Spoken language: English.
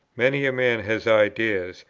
many a man has ideas,